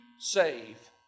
save